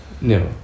No